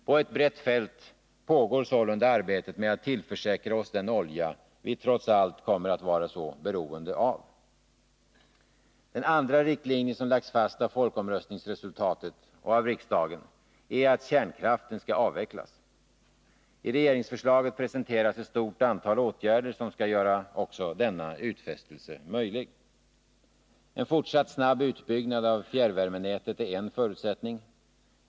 På ett brett fält pågår sålunda arbetet med att tillförsäkra oss den olja vi trots allt kommer att vara så beroende av. Den andra riktlinje som lagts fast av folkomröstningsresultatet och av riksdagen är att kärnkraften skall avvecklas. I regeringsförslaget presenteras ett stort antal åtgärder som skall göra också denna utfästelse möjlig. En fortsatt snabb utbyggnad av fjärrvärmenätet är en förutsättning.